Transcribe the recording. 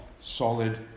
solid